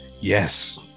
Yes